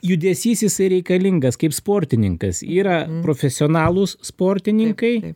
judesys jisai reikalingas kaip sportininkas yra profesionalūs sportininkai